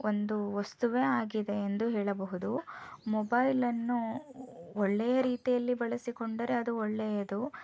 ಒಂದು ವಸ್ತುವೇ ಆಗಿದೆ ಎಂದು ಹೇಳಬಹುದು ಮೊಬೈಲ್ ಅನ್ನು ಒಳ್ಳೆಯ ರೀತಿಯಲ್ಲಿ ಬಳಸಿಕೊಂಡರೆ ಅದು ಒಳ್ಳೆಯದು